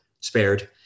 spared